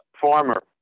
former